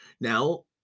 Now